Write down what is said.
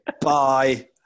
bye